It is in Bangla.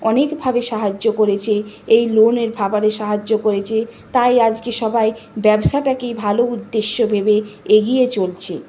অনেকভাবে সাহায্য করেছে এই লোনের ব্যাপারে সাহায্য করেছে তাই আজকে সবাই ব্যবসাটাকেই ভালো উদ্দেশ্য ভেবে এগিয়ে চলছে